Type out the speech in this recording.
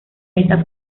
esta